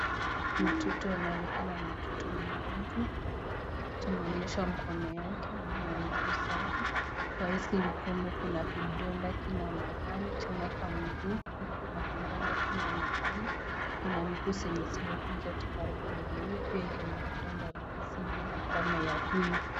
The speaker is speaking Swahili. Mtoto anaonekana ni mtoto mgonjwa tumeonyeshwa mikono yake na miguu zake kwa hizi mkono kuna vidonda kila mahali tena kwa miguu kuna vidonda kila mahali, kuna miguu zenye zimekuja tu karibu na huyu pia iko vidonda but sio mingi kama ya huyu.